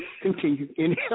continue